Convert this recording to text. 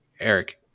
Eric